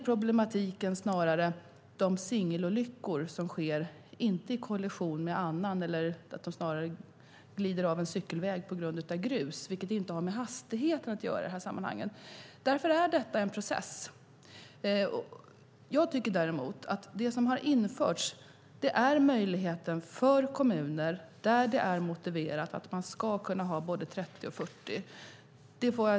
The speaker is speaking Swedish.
Problematiken där är snarare de singelolyckor som inte sker i kollision med annan. Det är snarare att man glider av en cykelväg på grund av grus, vilket inte har med hastigheten att göra i sammanhanget. Därför är detta en process. Det som har införts är möjligheten för kommuner där det är motiverat att ha både 30 och 40 kilometer i timmen.